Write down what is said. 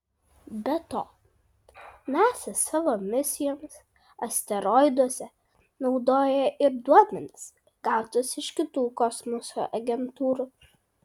be to nasa savo misijoms asteroiduose naudoja ir duomenis gautus iš kitų kosmoso agentūrų